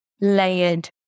layered